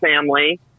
family